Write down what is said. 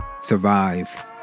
Survive